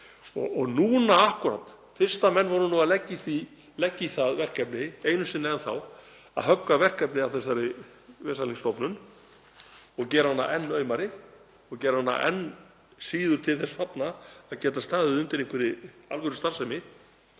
en raun ber vitni? Fyrst menn voru að leggja í það verkefni einu sinni enn að höggva verkefni af þessari vesalings stofnun, og gera hana enn aumari og gera hana enn síður til þess fallna að geta staðið undir einhverri alvörustarfsemi,